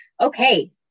Okay